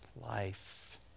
life